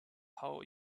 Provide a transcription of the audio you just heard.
how